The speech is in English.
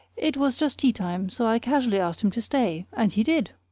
it was just teatime, so i casually asked him to stay, and he did!